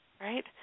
right